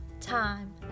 time